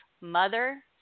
mother